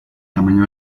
tamaño